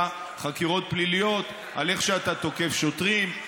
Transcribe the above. חקירות פליליות על איך שאתה תוקף שוטרים,